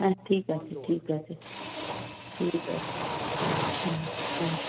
হ্যাঁ ঠিক আছে ঠিক আছে ঠিক আছে হ্যাঁ হ্যাঁ হ্যাঁ